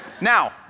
Now